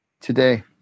today